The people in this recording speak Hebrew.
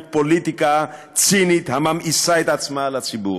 פוליטיקה צינית הממאיסה את עצמה על הציבור.